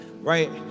right